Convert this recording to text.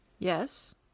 Yes